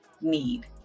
need